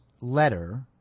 letter